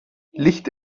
licht